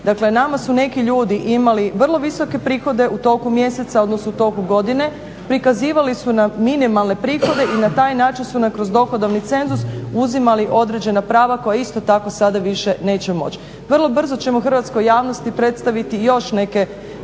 Dakle, nama su neki ljudi imali vrlo visoke prihode u toku mjeseca odnosno u toku godine, prikazivali su nam minimalne prihode i na taj način su nam kroz dohodovni cenzus uzimali određena prava koja isto tako sada više neće moć. Vrlo brzo ćemo hrvatskoj javnosti predstaviti još neke